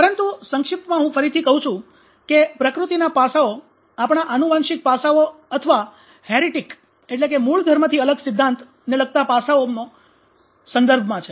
પરંતુ સંક્ષિપ્તમાં હું ફરીથી કહું છુ કે પ્રકૃતિના પાસાંઓ આપણા આનુવંશિક પાસાઓ અથવા હેરિટીક મૂળ ધર્મથી અલગ સિદ્ધાંત પાસાઓનો સંદર્ભમાં છે